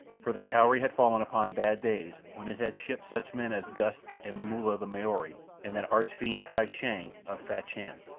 for the cowrie had fallen upon bad days when it had shipped such men as gust and momulla the maori and that arch-fiend kai shang of fachan.